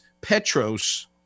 Petros